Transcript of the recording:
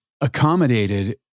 accommodated